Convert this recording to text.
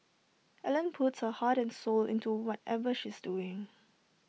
Ellen puts her heart and soul into whatever she's doing